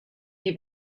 die